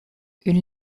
une